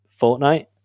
Fortnite